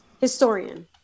historian